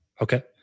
Okay